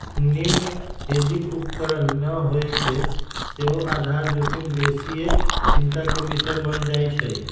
निम्मन हेजिंग उपकरण न होय से सेहो आधार जोखिम बेशीये चिंता के विषय बन जाइ छइ